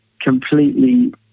completely